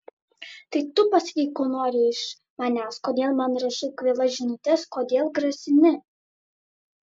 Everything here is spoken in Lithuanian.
tai tu pasakyk ko nori iš manęs kodėl man rašai kvailas žinutes kodėl grasini